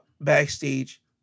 backstage